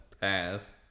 Pass